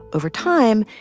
over time,